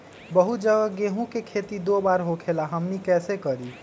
बहुत जगह गेंहू के खेती दो बार होखेला हमनी कैसे करी?